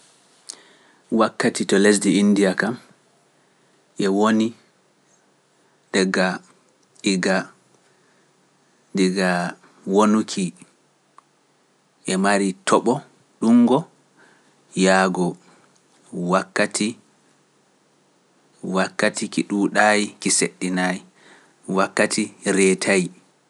Wakkati to lesdi ndiya kam e woni daga ɗiga wonuki e mari toɓo ɗum ngo yaago wakkati ki ɗuuɗaayi ki seɗɗinaayi wakkati reetayi.